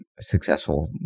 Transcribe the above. successful